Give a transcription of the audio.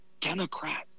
democrat